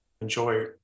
enjoy